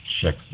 check